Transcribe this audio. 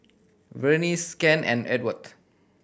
Vernice Kent and Ewart